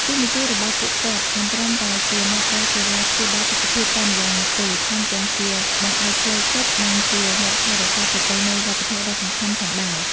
តួនាទីរបស់ពួកគាត់មិនត្រឹមតែជាអ្នកផ្តល់សេវាព្យាបាលសុខភាពតែម្យ៉ាងនោះទេ ថែមទាំងជាបង្អែកផ្លូវចិត្ត និងជាអ្នកថែរក្សាប្រពៃណីវប្បធម៌ដ៏សំខាន់ផងដែរ។